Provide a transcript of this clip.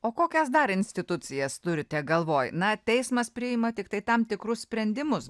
o kokias dar institucijas turite galvoj na teismas priima tiktai tam tikrus sprendimus